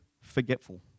forgetful